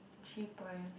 three point